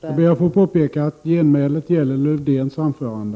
Jag ber att få påpeka att genmälet gäller Lars-Erik Lövdéns anförande.